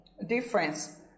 difference